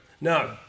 No